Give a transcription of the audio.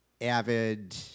avid